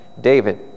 David